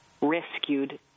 rescued